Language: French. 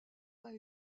pas